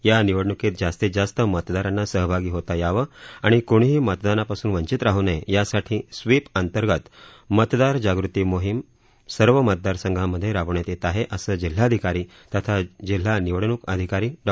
या निवडण्कीत जास्तीत जास्त मतदारांना सहभागी होता यावं आणि कृणीही मतदानापासून वंचित राह नये यासाठी स्वीप अंतर्गत मतदार जागृती मोहीम सर्व मतदारसंघांमध्ये राबविण्यात येत आहे असं जिल्हाधिकारी तथा जिल्हा निवडणूक अधिकारी डॉ